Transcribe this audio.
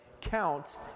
Count